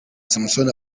samson